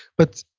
but